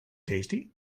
tasty